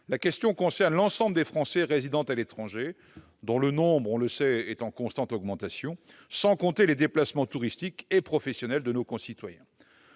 la question concerne l'ensemble des Français résidant à l'étranger, dont le nombre, on le sait, est en constante augmentation, sans compter les déplacements touristiques et professionnels de nos concitoyens.